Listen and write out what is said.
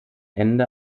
ende